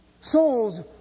soul's